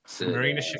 Marina